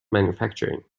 manufacturing